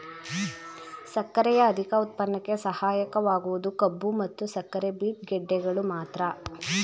ಸಕ್ಕರೆಯ ಅಧಿಕ ಉತ್ಪನ್ನಕ್ಕೆ ಸಹಾಯಕವಾಗುವುದು ಕಬ್ಬು ಮತ್ತು ಸಕ್ಕರೆ ಬೀಟ್ ಗೆಡ್ಡೆಗಳು ಮಾತ್ರ